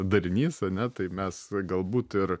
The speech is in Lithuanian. darinys ane tai mes galbūt ir